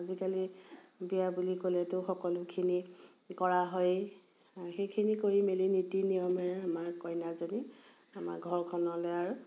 আজিকালি বিয়া বুলি ক'লেতো সকলোখিনি কৰা হয়েই সেইখিনি কৰি মেলি নীতি নিয়মেৰে আমাৰ কইনাজনী আমাৰ ঘৰখনলৈ আৰু